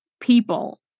people